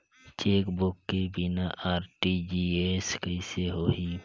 Chequebook के बिना RTGS कइसे होही?